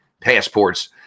passports